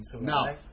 Now